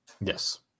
Yes